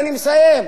אני מסיים,